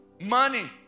money